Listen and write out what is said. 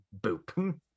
boop